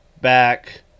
back